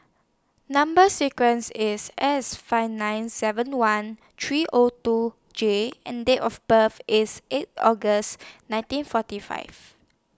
Number sequence IS S five nine seven one three O two J and Date of birth IS eight August nineteen forty five